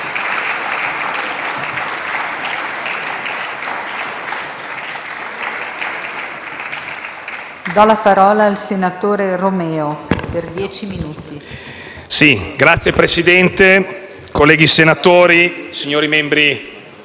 Signor Presidente, colleghi senatori, signori membri